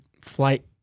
flight